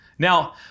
Now